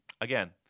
again